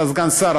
אתה סגן שר,